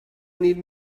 need